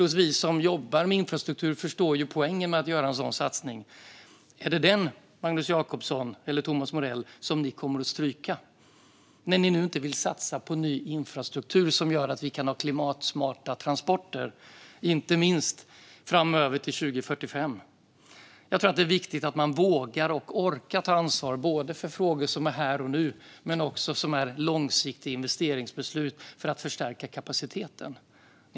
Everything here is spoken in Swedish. Och vi som jobbar med infrastruktur förstår poängen med att göra en sådan satsning. Är det den, Magnus Jacobsson och Thomas Morell, som ni kommer att stryka när ni nu inte vill satsa på ny infrastruktur som gör att vi kan ha klimatsmarta transporter, inte minst framöver, till 2045? Jag tror att det är viktigt att man vågar och orkar ta ansvar för frågor som är här och nu men också frågor som handlar om långsiktiga investeringsbeslut för att förstärka kapaciteten.